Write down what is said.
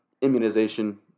immunization